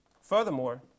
Furthermore